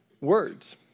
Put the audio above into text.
words